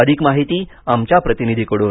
अधिक माहिती आमच्या प्रतिनिधीकडून